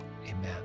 amen